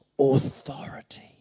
authority